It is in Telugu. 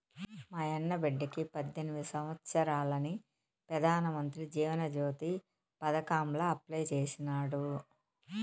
మాయన్న బిడ్డకి పద్దెనిమిది సంవత్సారాలని పెదానమంత్రి జీవన జ్యోతి పదకాంల అప్లై చేసినాడు